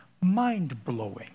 mind-blowing